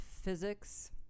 physics